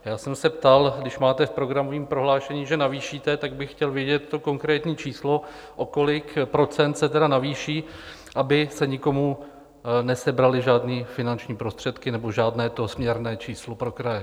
Já jsem se ptal, když máte v programovém prohlášení, že navýšíte, tak bych chtěl vědět to konkrétní číslo, o kolik procent se tedy navýší, aby se nikomu nesebraly žádné finanční prostředky nebo žádné směrné číslo pro kraje.